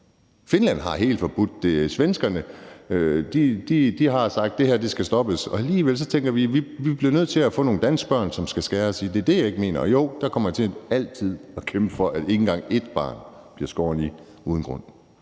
Finland har helt forbudt det, svenskerne har sagt, at det her skal stoppes, og alligevel tænker vi, at vi bliver nødt til at få nogle danske børn, som der skal skæres i. Det er det, jeg ikke mener. Og jo, der kommer jeg til altid at kæmpe for, at ikke engang ét barn bliver skåret i uden grund.